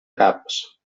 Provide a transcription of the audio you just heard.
caps